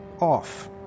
off